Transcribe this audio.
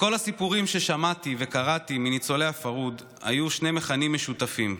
לכל הסיפורים ששמעתי וקראתי מניצולי הפרהוד היו שני מכנים משותפים: